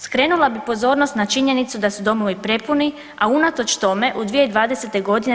Skrenula bih pozornost na činjenicu da su domovi prepuni, a unatoč tome u 2020.